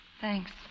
Thanks